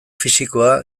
fisikoa